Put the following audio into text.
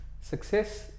success